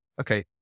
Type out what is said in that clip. Okay